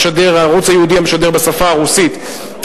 ערוץ ייעודי המשדר בשפה הרוסית,